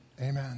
Amen